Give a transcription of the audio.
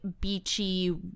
beachy